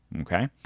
Okay